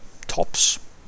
tops